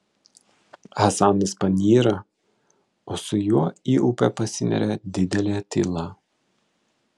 hasanas panyra o su juo į upę pasineria didelė tyla